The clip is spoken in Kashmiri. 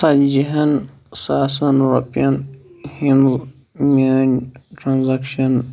ژَتجی ہَن ساسن رۄپِیَن ہٕنٛدۍ میٛانہِ ٹرٛانٛزیکشن